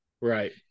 Right